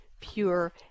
pure